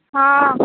हँ